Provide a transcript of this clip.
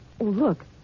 look